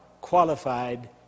qualified